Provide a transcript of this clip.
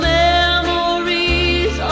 memories